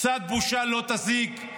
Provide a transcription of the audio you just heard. קצת בושה לא תזיק.